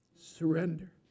surrender